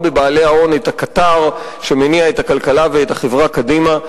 בבעלי-ההון את הקטר שמניע את הכלכלה ואת החברה קדימה.